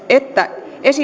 että